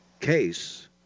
case